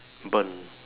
burned